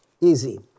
easy